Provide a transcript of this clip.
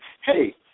hey